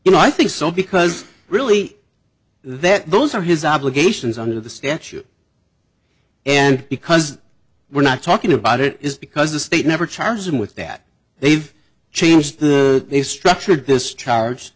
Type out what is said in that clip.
you know i think so because really there those are his obligations under the statute and because we're not talking about it is because the state never charged him with that they've changed the structure discharge